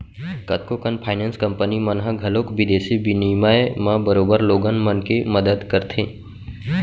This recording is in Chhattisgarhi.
कतको कन फाइनेंस कंपनी मन ह घलौक बिदेसी बिनिमय म बरोबर लोगन मन के मदत करथे